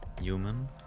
human